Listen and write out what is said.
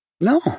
No